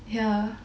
ya